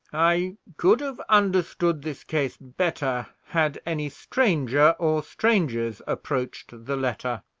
i could have understood this case better had any stranger or strangers approached the letter,